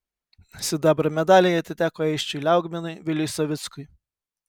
sidabro medaliai atiteko aisčiui liaugminui viliui savickui